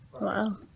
Wow